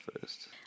first